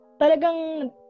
talagang